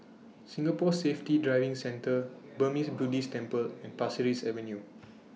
Singapore Safety Driving Centre Burmese Buddhist Temple and Pasir Ris Avenue